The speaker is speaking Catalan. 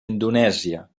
indonèsia